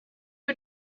you